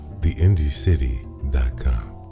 TheIndyCity.com